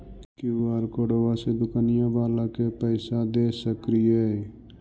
QR कोडबा से दुकनिया बाला के पैसा दे सक्रिय?